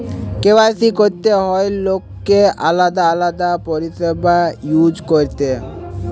KYC করতে হয় লোককে আলাদা আলাদা পরিষেবা ইউজ করতে